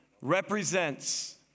represents